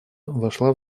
вошла